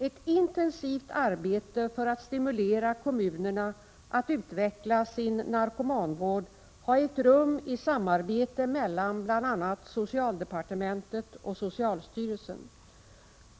Ett intensivt arbete för att stimulera kommunerna att utveckla sin narkomanvård har ägt rum i samarbete mellan bl.a. socialdepartementet och socialstyrelsen.